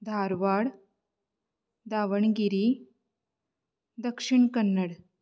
धारवाड लावणगिरी दक्षिण कन्नड